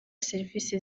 serivisi